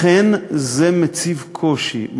אכן, זה מציב קושי.